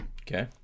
Okay